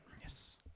Yes